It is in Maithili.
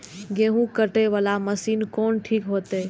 गेहूं कटे वाला मशीन कोन ठीक होते?